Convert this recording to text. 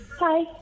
Hi